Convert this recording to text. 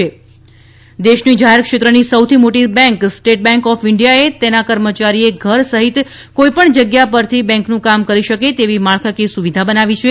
SBI દેશની જાહેર ક્ષેત્રની સૌથી મોટી બેન્ક સ્ટેટ બેન્ક ઓફ ઇન્ડિયાએ તેના કર્મચારીએ ઘર સહિત કોઈપણ જગ્યા પરથ બેન્કનું કામ કરી શકે તેવી માળકાકીય સુવિધા બનાવી છે